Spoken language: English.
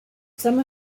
some